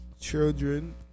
Children